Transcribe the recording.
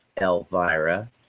Elvira